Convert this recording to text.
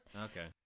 Okay